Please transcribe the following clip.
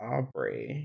Aubrey